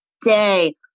day